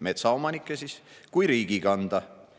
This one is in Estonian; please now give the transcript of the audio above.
[metsaomanike – R. E.] kui riigi kanda.